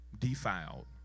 Defiled